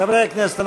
חברי הכנסת,